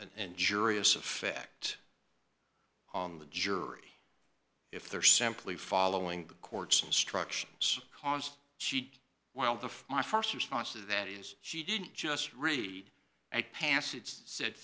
a injurious effect on the jury if they're simply following the court's instructions cause she well the my st response to that is she didn't just read a passage said